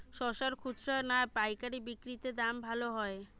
শশার খুচরা না পায়কারী বিক্রি তে দাম ভালো হয়?